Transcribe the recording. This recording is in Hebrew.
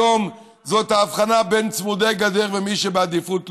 היום זאת ההבחנה בין צמודי גדר למי שהוא בעדיפות לאומית,